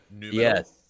yes